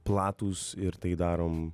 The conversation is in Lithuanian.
platūs ir tai darom